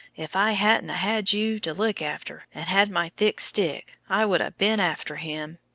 if i hadn't a-had you to look after and had my thick stick i would a-been after him.